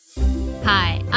Hi